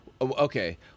Okay